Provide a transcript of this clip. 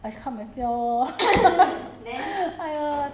all my colleague asked me ah what happen to your hair